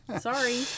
sorry